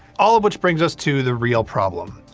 all of which brings us to the real problem.